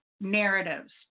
narratives